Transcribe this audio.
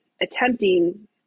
attempting